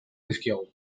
dizkiegu